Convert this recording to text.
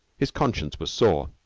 his conscience was sore.